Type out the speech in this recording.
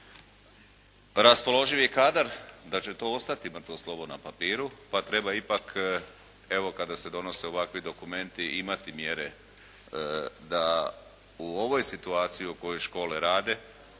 raspoloživi kadar da će to ostati mrtvo slovo na papiru pa treba ipak evo kada se donose ovakvi dokumenti imati mjere da u ovoj situaciji u kojoj škole rade,